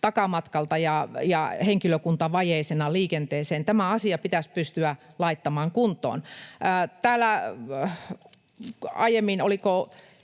takamatkalta ja henkilökuntavajeisena liikenteeseen. Tämä asia pitäisi pystyä laittamaan kuntoon. Oliko